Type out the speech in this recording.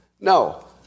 No